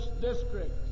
district